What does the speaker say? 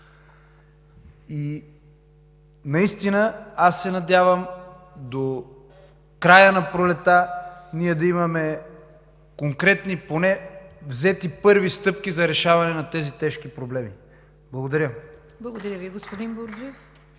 Наистина аз се надявам до края на пролетта ние да имаме конкретни, поне взети, първи стъпки за решаване на тези тежки проблеми. Благодаря. (Ръкопляскания от